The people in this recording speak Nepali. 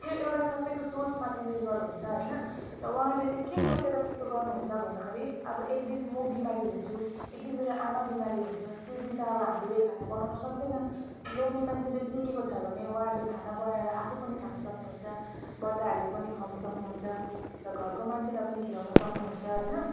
त्यो एउटा सबैको सोचमा त्यो निर्भर हुन्छ होइन र उहाँले चाहिँ के सोचेर त्यस्तो गर्नुहुन्छ भन्दाखेरि अब एक दिन म बिमारी हुन्छु एक दिन मेरो आमा बिमारी हुनुहुन्छ त्यो दिन त अब हामीले खाना बनाउनु सक्दैन लोग्ने मान्छेले सिकेको छ भने उहाँहरूले खाना बनाएर आफू पनि खानु सक्नुहुन्छ बच्चाहरूलाई पनि खुवाउन सक्नुहुन्छ र घरको मान्छेलाई पनि खुवाउन सक्नुहुन्छ होइन